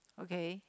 okay